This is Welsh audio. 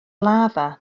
lafa